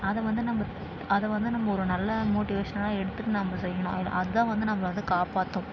அதை வந்து நம்ம அதை வந்து நம்ம ஒரு நல்ல மோட்டிவேஷனாக எடுத்துகிட்டு நம்ம செய்யணும் அது அதுதான் வந்து நம்மளை வந்து காப்பாற்றும்